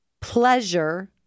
pleasure